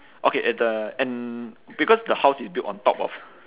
okay at the and because the house is built on top of